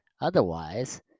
Otherwise